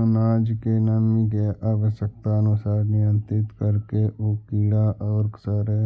अनाज के नमी के आवश्यकतानुसार नियन्त्रित करके उ कीड़ा औउर सड़े